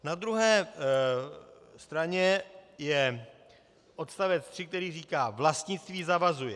Na druhé straně je odstavec 3, který říká: Vlastnictví zavazuje.